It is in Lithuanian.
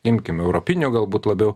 imkim europiniu galbūt labiau